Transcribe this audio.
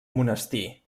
monestir